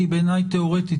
כי בעיניי היא תיאורטית.